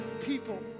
people